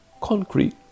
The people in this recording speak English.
concrete